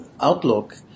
outlook